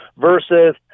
versus